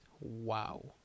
Wow